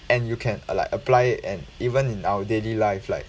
and you can uh like apply it and even in our daily life like